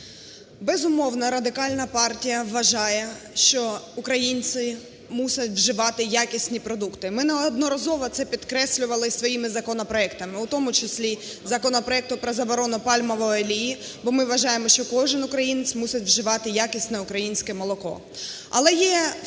Безумовно, Радикальна партія вважає, що українці мусять вживати якісні продукти. Ми неодноразово це підкреслювали своїми законопроектами, у тому числі законопроектом про заборону пальмової олії, бо ми вважаємо, що кожен українець мусить вживати якісне українське молоко.